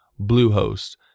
Bluehost